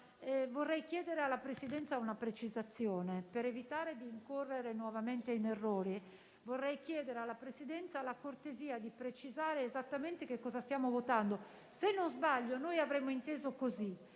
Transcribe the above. vorrei chiedere alla Presidenza una precisazione, per evitare di incorrere nuovamente in errori. Vorrei chiedere alla Presidenza la cortesia di precisare esattamente cosa stiamo votando. Se non sbaglio, noi avremmo inteso così: